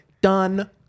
done